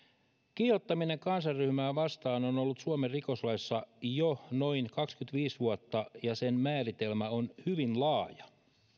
kiihottaminen kansanryhmää vastaan on ollut suomen rikoslaissa jo noin kaksikymmentäviisi vuotta ja sen määritelmä on hyvin laaja